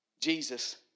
Jesus